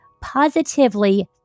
positively